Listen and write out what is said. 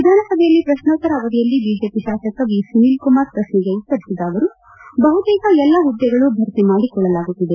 ವಿಧಾನಸಭೆಯಲ್ಲಿ ಪ್ರಶ್ನೋತ್ತರವಧಿಯಲ್ಲಿ ಬಿಜೆಪಿ ಶಾಸಕ ವಿಸುನೀಲ್ ಕುಮಾರ್ ಪ್ರಶ್ನೆಗೆ ಉತ್ತರಿಸಿದ ಅವರು ಬಹುತೇಕ ಎಲ್ಲಾ ಹುದ್ದೆಗಳು ಭರ್ತಿ ಮಾಡಿಕೊಳ್ಳಲಾಗುತ್ತಿದೆ